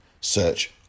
search